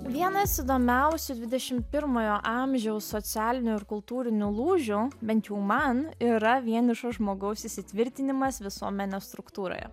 vienas įdomiausių dvidešim pirmojo amžiaus socialinių ir kultūrinių lūžių bent jau man yra vienišo žmogaus įsitvirtinimas visuomenės struktūroje